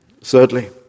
thirdly